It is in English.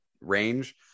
range